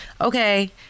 okay